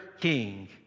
king